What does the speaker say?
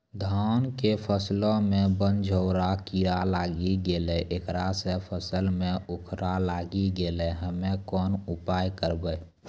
धान के फसलो मे बनझोरा कीड़ा लागी गैलै ऐकरा से फसल मे उखरा लागी गैलै हम्मे कोन उपाय करबै?